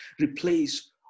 replace